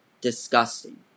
Disgusting